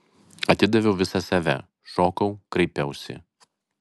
atidaviau visą save šokau kraipiausi